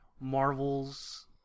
Marvel's